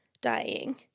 dying